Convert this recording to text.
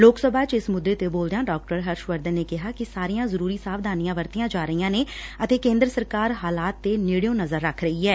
ਲੋਕ ਸਭਾ ਚ ਇਸ ਮੁੱਦੇ ਤੇ ਬੋਲਦਿਆਂ ਡਾ ਹਰਸ਼ਵਰਧਨ ਨੇ ਕਿਹਾ ਕਿ ਸਾਰੀਆਂ ਜ਼ਰੁਰੀ ਸਾਵਧਾਨੀਆਂ ਵਰਤੀਆਂ ਜਾ ਰਹੀਆਂ ਨੇ ਅਤੇ ਕੇਂਦਰ ਸਰਕਾਰ ਹਾਲਾਤ ਤੇ ਨੇੜਿਓ ਨਜ਼ਰ ਰੱਖ ਰਹੀ ਐ